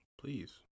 Please